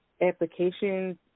applications